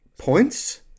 Points